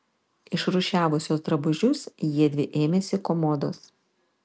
išrūšiavusios drabužius jiedvi ėmėsi komodos